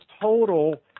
total